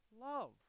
love